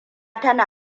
tana